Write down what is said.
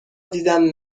دیدم